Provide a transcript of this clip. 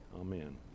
Amen